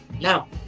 No